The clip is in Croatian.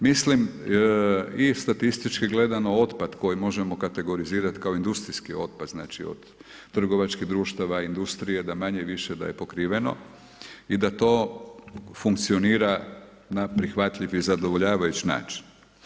Mislim i statistički gledano otpad koji možemo kategorizirati kao industrijski otpad znači od trgovačkih društava industrije, da manje-više da je pokriveno i da to funkcionira na prihvatljivi i zadovoljavajući način.